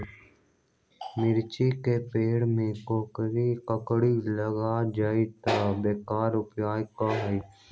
मिर्ची के पेड़ में कोकरी लग जाये त वोकर उपाय का होई?